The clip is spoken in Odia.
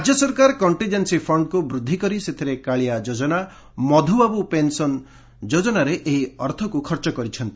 ରାଜ୍ୟ ସରକାର କଂଟିଜେନ୍ସି ଫଣ୍ଡକୁ ବୃଦ୍ଧି କରି ସେଥିରେ କାଳିଆ ଯୋଜନା ମଧୁବାବୁ ପେନସନ ଯୋଜନାରେ ଏହି ଅର୍ଥକୁ ଖର୍ଚ୍ଚ କରିଛନ୍ତି